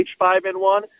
H5N1